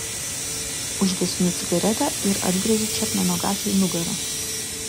užgesinu cigaretę ir atgręžiu čepmeno gatvei nugarą